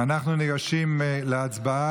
אנחנו ניגשים להצבעה.